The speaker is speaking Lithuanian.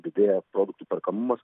didėja produktų perkamumas